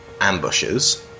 ambushes